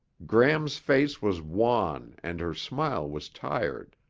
gram's face was wan and her smile was tired,